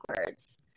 words